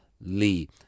Lee